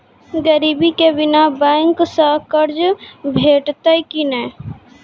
गिरवी के बिना बैंक सऽ कर्ज भेटतै की नै?